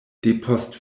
depost